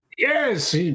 Yes